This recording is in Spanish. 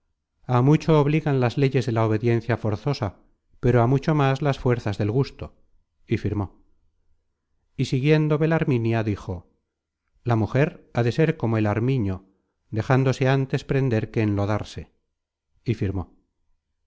a mucho obligan las leyes de la obediencia forzosa pero á mucho más las fuerzas del gusto y firmó y siguiendo belarminia dijo la mujer ha de ser como el armiño dejándose ántes prender que enlodarse y firmó